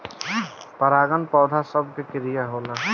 परागन पौध सभ के क्रिया होला